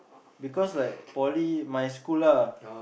because like poly my school lah